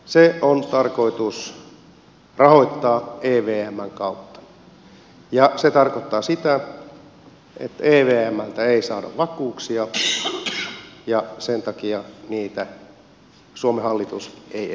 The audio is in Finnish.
se on tarkoitus rahoittaa evmn kautta ja se tarkoittaa sitä että evmltä ei saada vakuuksia ja sen takia niitä suomen hallitus ei edes pyydä